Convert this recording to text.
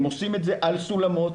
הם עושים את זה על סולמות.